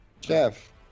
Jeff